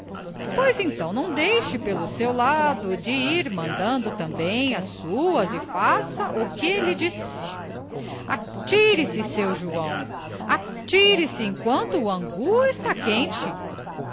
pois então não deixe pelo seu lado de ir mandando também as suas e faça o que lhe disse atire se seu joão atire se enquanto o angu está quente